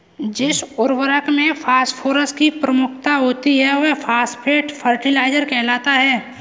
जिस उर्वरक में फॉस्फोरस की प्रमुखता होती है, वह फॉस्फेट फर्टिलाइजर कहलाता है